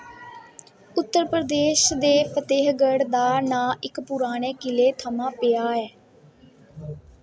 उत्तर प्रदेश दे फतेहगढ़ दा नांऽ इक पराने किले थमां पेआ ऐ